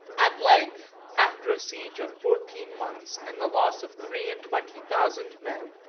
at length, after a siege of fourteen months, and the loss of three-and-twenty thousand men,